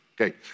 Okay